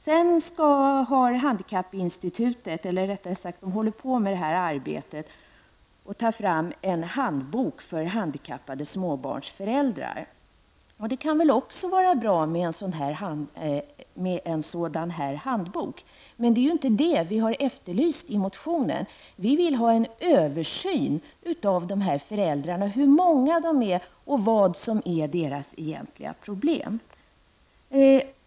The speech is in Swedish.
Vidare håller Handikappinstitutet på med att ta fram en handbok för handikappade småbarnsföräldrar, och det kan väl vara bra med en sådan handbok, men det är ju inte det vi har efterlyst i motionen. Vi vill ha en översyn av hur många de här föräldrarna är och vad som är deras egentliga problem.